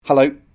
Hello